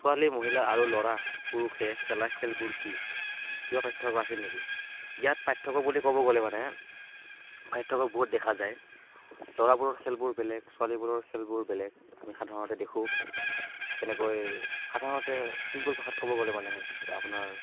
ছোৱালী মহিলা আৰু ল'ৰা পুৰুষে খেলা খেলবোৰ কি কিবা পাৰ্থক্য আছে নেকি ইয়াত পাৰ্থক্য বুলি ক'ব গ'লে মানে পাৰ্থক্য বহুত দেখা যায় ল'ৰাবোৰৰ খেলবোৰ বেলেগ ছোৱালীবোৰৰ খেলবোৰ বেলেগ আমি সাধাৰণতে দেখোঁ যেনেকৈ সাধাৰণতে চিম্পুল ভাষাত ক'ব গ'লে মানে আপোনাৰ